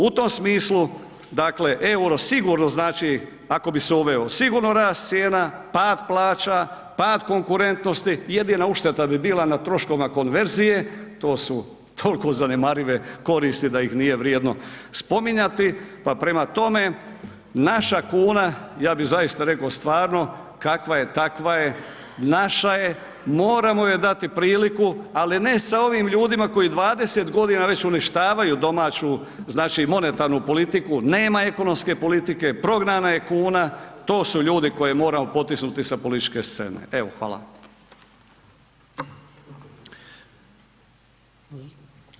U tom smislu, dakle euro sigurno znači ako bi se uveo, sigurno rast cijena, pad plaća, pad konkurentnosti, jedina ušteda bi bila na troškovima konverzije, to su toliko zanemarive koristi da ih nije vrijedno spominjati pa prema tome, naša kuna, ja bi zaista rekao stvarno kakva je, takva je, naša je, moramo joj dati priliku ali ne sa ovim ljudima koji 20 g. već uništavaju domaću monetarnu politiku, nema ekonomske politike, prognana je kuna, to su ljudi koje moramo potisnuti sa političke scene, evo hvala.